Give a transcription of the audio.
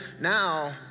now